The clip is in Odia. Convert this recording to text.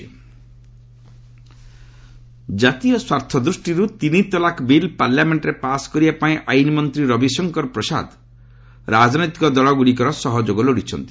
ପ୍ରସାଦ ତୋମାର ଟ୍ରିପଲ ତଲାକ ଜାତୀୟ ସ୍ୱାର୍ଥ ଦୃଷ୍ଟିରୁ ତିନିତଲାକ ବିଲ୍ ପାର୍ଲାମେଣ୍ଟରେ ପାସ୍ କରିବା ପାଇଁ ଆଇନ୍ମନ୍ତ୍ରୀ ରବିଶଙ୍କର ପ୍ରସାଦ ରାଜନୈତିକ ଦଳଗୁଡ଼ିକର ସହଯୋଗ ଲୋଡିଛନ୍ତି